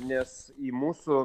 nes į mūsų